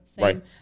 right